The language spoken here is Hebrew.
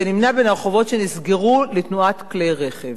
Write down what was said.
והוא נמנה עם הרחובות שנסגרו לתנועת כלי רכב.